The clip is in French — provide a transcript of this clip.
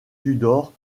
tudor